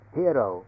hero